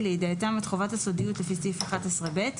לידיעתם את חובת הסודיות לפי סעיף 11ב,